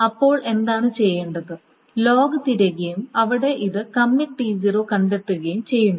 അപ്പോൾ എന്താണ് ചെയ്യേണ്ടത് ലോഗ് തിരയുകയും ഇവിടെ ഇത് കമ്മിറ്റ് T0 കണ്ടെത്തുകയും ചെയ്യുന്നു